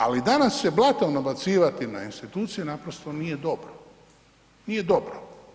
Ali danas se blatom nabacivati na institucije naprosto nije dobro, nije dobro.